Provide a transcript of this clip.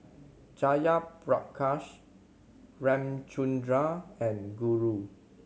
Jayaprakash Ramchundra and Guru